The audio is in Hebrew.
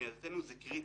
כשמבחינתנו זה קריטי,